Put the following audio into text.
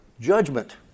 Judgment